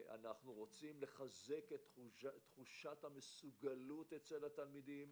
אנו רוצים לחזק את תחושת המסוגלות אצל התלמידים,